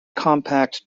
compact